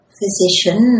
physician